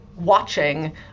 watching